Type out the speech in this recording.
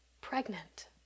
pregnant